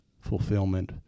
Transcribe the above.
fulfillment